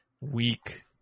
weak